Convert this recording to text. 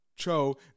Cho